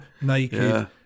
naked